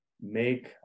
make